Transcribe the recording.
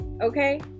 Okay